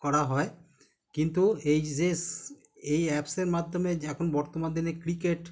করা হয় কিন্তু এই যেস এই অ্যাপসের মাধ্যমে যে এখন বর্তমান দিনে ক্রিকেট